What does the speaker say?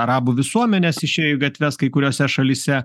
arabų visuomenės išėjo į gatves kai kuriose šalyse